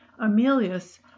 Amelius